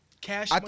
cash